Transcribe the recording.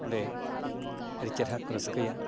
ᱚᱸᱰᱮ ᱟᱹᱰᱤ ᱪᱮᱦᱨᱟ ᱠᱚ ᱨᱟᱹᱥᱠᱟᱹᱭᱟ